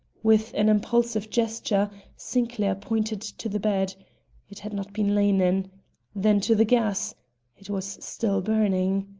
with an impulsive gesture sinclair pointed to the bed it had not been lain in then to the gas it was still burning.